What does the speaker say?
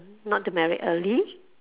not to marry early